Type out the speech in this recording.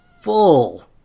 full